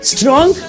Strong